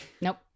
nope